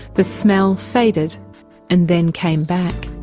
the smell faded and then came back.